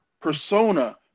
persona